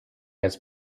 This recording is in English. has